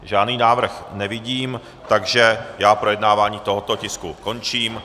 Žádný návrh nevidím, takže projednávání tohoto tisku končím.